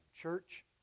church